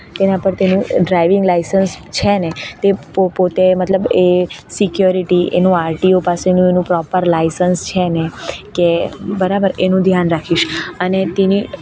તેના પર તેનું ડ્રાઇવિંગ લાઇસન્સ છેને તે પો પો પોતે મતલબ એ સિક્યોરીટી એનું આરટીઓ પાર્સિંગ એનું પ્રોપર લાઇસન્સ છેને કે બરાબર એનું ધ્યાન રાખીશ અને તેની